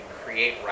create